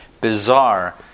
bizarre